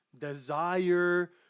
desire